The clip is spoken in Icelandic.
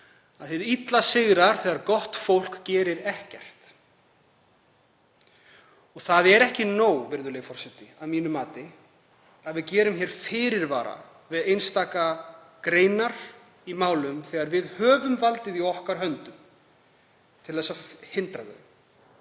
tíma: Hið illa sigrar þegar gott fólk gerir ekkert. Það er ekki nóg, virðulegi forseti, að mínu mati, að við gerum fyrirvara við einstaka greinar í málum þegar við höfum valdið í okkar höndum til þess að hindra þær.